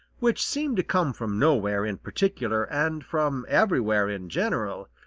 which seemed to come from nowhere in particular and from everywhere in general,